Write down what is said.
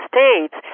States